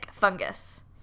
fungus